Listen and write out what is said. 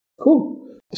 Cool